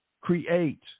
create